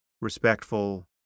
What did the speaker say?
respectful